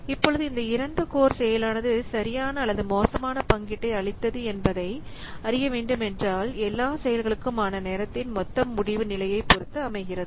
இப்பொழுது இந்த 2 கோர் செயலானது சரியான அல்லது மோசமான பங்கீட்டை அளித்தது என்பதை அறிய வேண்டுமென்றால் எல்லா செயல்களுக்கும் ஆன நேரத்தின் மொத்த முடிவு நிலையை பொறுத்து அமைகிறது